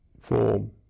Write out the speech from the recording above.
form